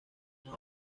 una